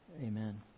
Amen